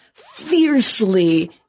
fiercely